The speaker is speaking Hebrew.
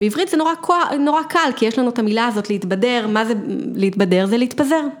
בעברית זה נורא קל כי יש לנו את המילה הזאת להתבדר, מה זה להתבדר זה להתפזר.